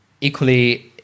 equally